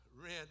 rent